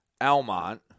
Almont